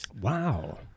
Wow